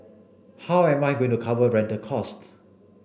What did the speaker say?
how am I going to cover rental cost